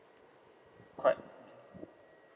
quite